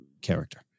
character